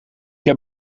heb